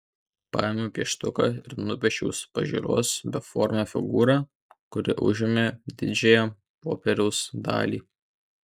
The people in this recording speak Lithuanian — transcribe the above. paėmiau pieštuką ir nupiešiau iš pažiūros beformę figūrą kuri užėmė didžiąją popieriaus dalį